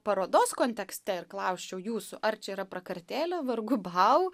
parodos kontekste ir klausčiau jūsų ar čia yra prakartėlė vargu bau